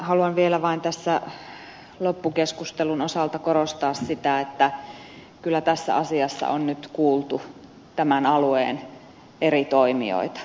haluan vielä tässä loppukeskustelun osalta korostaa sitä että kyllä tässä asiassa on nyt kuultu tämän alueen eri toimijoita